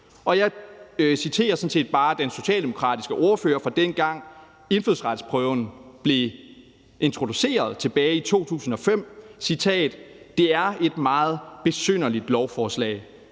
Og jeg citerer sådan set bare den socialdemokratiske ordfører fra dengang, indfødsretsprøven blev introduceret, tilbage i 2005: Det er et meget besynderligt lovforslag.